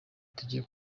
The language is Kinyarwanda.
tugiye